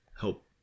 help